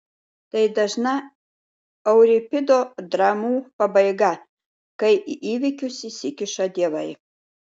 tai dažna euripido dramų pabaiga kai į įvykius įsikiša dievai